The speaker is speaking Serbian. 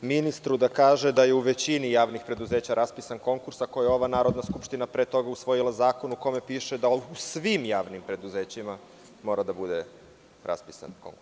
ministru da kaže da je u većini javnih preduzeća raspisan konkurs, ako je ova Narodna skupština pre toga usvojila zakon u kome piše da u svim javnim preduzećima mora da bude raspisan konkurs.